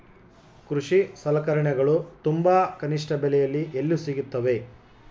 ಕೃಷಿ ಸಲಕರಣಿಗಳು ತುಂಬಾ ಕನಿಷ್ಠ ಬೆಲೆಯಲ್ಲಿ ಎಲ್ಲಿ ಸಿಗುತ್ತವೆ?